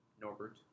Norbert